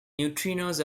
neutrinos